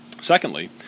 Secondly